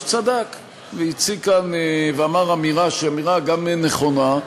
צדק והציג כאן ואמר אמירה שהיא גם נכונה,